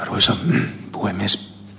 arvoisa puhemies